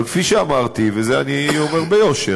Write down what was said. אבל כפי שאמרתי, ואת זה אני אומר ביושר: